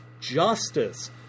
Justice